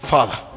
Father